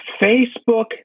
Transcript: Facebook